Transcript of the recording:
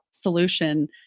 solution